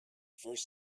first